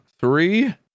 Three